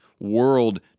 world